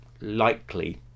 likely